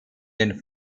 den